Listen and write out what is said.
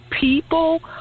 people